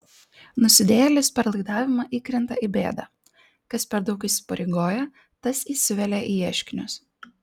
nusidėjėlis per laidavimą įkrinta į bėdą kas per daug įsipareigoja tas įsivelia į ieškinius